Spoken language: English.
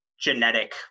genetic